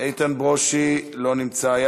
איתן ברושי, לא נמצא.